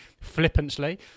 flippantly